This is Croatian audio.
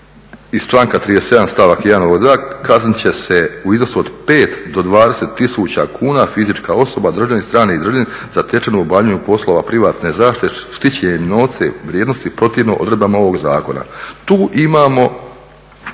iz članka 37. stavak 1. ovog zakona kaznit će se u iznosu od 5 do 20 tisuća kuna fizička osoba državljanin, strani državljanin zatečena u obavljanju poslova privatne zaštite, štićenjem novca u vrijednosti protivno odredbama ovog zakona. Tu imamo